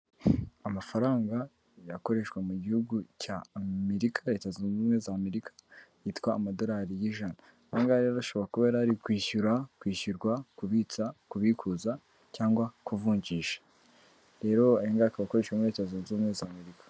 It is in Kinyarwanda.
Amafaranga akoreshwa mu gihugu cya Amerika, leta zunze ubumwe za amerika, yitwa amadolari y'ijana, aha ngahe rero, arashobora kuba yari ari kwishyura, kwishyurwa, kubitsa, kubikuza, cyangwa kuvunjisha. Rero aya ngaya akaba abakoresha muri leta zunze ubumwe za Amerika.